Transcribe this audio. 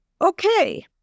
okay